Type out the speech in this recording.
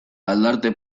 aldarte